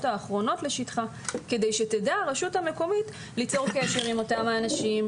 האחרונות לשטחה כדי שתדע הרשות המקומית ליצור קשר עם אותם אנשים,